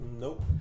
Nope